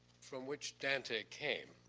from which dante came,